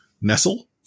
Nestle